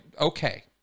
okay